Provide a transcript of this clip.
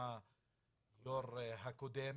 הדור הקודם